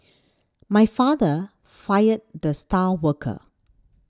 my father fired the star worker